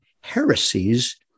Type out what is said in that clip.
heresies